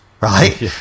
right